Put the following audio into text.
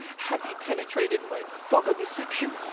hath he penetrated myn fog o' deception?